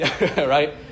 right